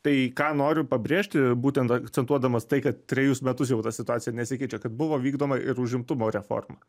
tai ką noriu pabrėžti būtent akcentuodamas tai kad trejus metus jau ta situacija nesikeičia kad buvo vykdoma ir užimtumo reforma